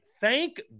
thank